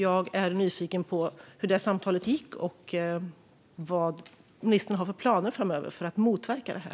Jag är nyfiken på hur det samtalet gick och vad ministern har för planer framöver för att motverka det här.